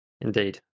Indeed